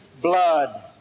blood